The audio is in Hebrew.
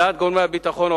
לדעת גורמי הביטחון,